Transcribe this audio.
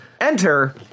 Enter